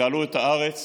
גאלו את הארץ.